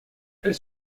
elles